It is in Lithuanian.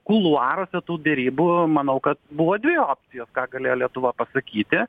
kuluaruose tų derybų manau kad buvo dvi opcijos ką galėjo lietuva pasakyti